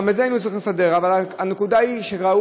גם את זה היינו